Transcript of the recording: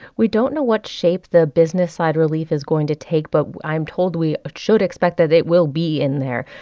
we don't know what shape the business side relief is going to take, but i'm told we should expect that it will be in there,